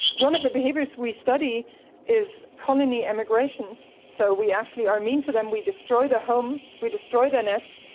one of the behaviours we study is colony emigrations. so we actually are mean to them, we destroy their home, we destroy their nest,